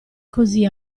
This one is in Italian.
così